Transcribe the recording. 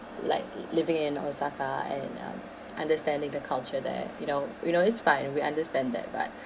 like living in osaka and um understanding the culture there you know we know it's fine we understand that but